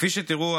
כפי שתראו,